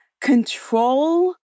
Control